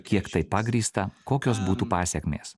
kiek tai pagrįsta kokios būtų pasekmės